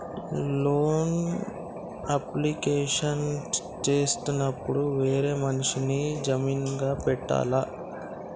Loan application చేసేటప్పుడు వేరే మనిషిని జామీన్ గా పెట్టాల్నా?